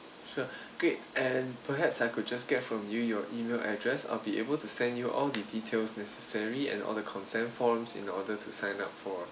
sure great and perhaps I could just get from you your email address I'll be able to send you all the details necessary and all the consent forms in order to sign up for